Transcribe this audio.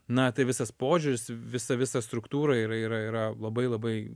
na tai visas požiūris visa visa struktūra yra yra yra labai labai